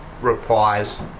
replies